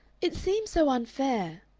it seems so unfair,